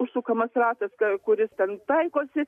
užsukamas ratas kuris ten taikosi